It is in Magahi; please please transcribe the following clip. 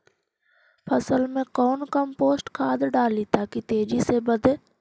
फसल मे कौन कम्पोस्ट खाद डाली ताकि तेजी से बदे?